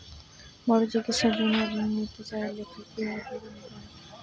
বড় চিকিৎসার জন্য ঋণ নিতে চাইলে কী কী পদ্ধতি নিতে হয়?